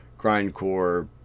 grindcore